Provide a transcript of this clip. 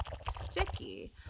sticky